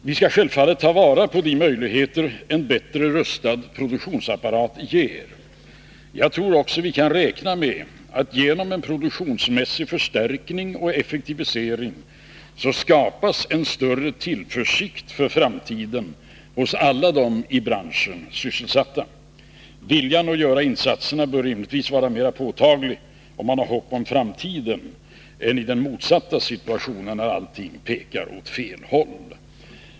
Vi skall självfallet ta vara på de möjligheter en bättre rustad produktionsapparat ger. Jag tror också att vi kan räkna med att en större tillförsikt för framtiden hos alla i branschen sysselsatta skapas genom en volymmässig förstärkning och effektivisering. Viljan att göra insatser bör rimligtvis vara mera påtaglig om man har hopp om framtiden än den skulle vara i den motsatta situationen, när allting pekar åt fel håll.